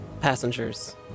passengers